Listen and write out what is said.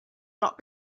not